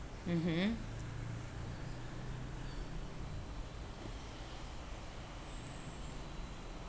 mmhmm